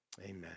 Amen